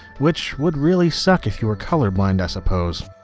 which would really suck if you're colorblind i suppose.